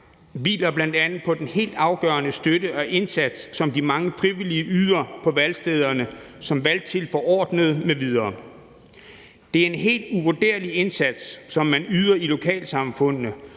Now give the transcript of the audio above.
hviler bl.a. på den afgørende støtte og indsats, som de mange frivillige yder på valgstederne som valgtilforordnede m.v. Det er en helt uvurderlig indsats, som man yder i lokalsamfundene,